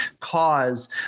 cause